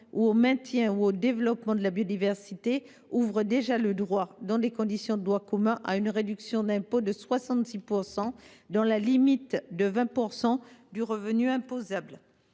au maintien ou au développement de la biodiversité ouvrent déjà droit, dans les conditions de droit commun, à une réduction d’impôt de 66 %, dans la limite de 20 % du revenu imposable.